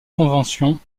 convention